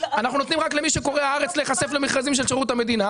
אנחנו נותנים רק למי שקורא "הארץ" להיחשף למכרזים של שירות המדינה.